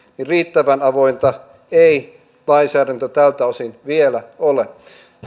riittävän avointa ei lainsäädäntö tältä osin vielä ole